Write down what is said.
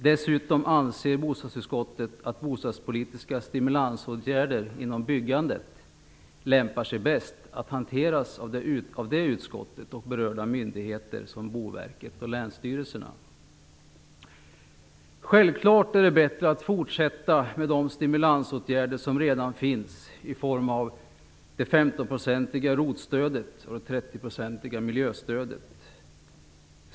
Dessutom anser bostadsutskottet att bostadspolitiska stimulansåtgärder inom byggandet lämpar sig bäst att hanteras av det utskottet och av berörda myndigheter som Boverket och länsstyrelserna. Självfallet är det bättre att fortsätta med de stimulansåtgärder som redan finns i form av det 15 procentiga ROT-stödet och det 30-procentiga miljöstödet.